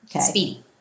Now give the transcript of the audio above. speedy